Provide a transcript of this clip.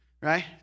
Right